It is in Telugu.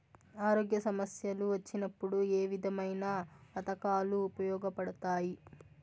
ఆరోగ్య సమస్యలు వచ్చినప్పుడు ఏ విధమైన పథకాలు ఉపయోగపడతాయి